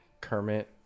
Kermit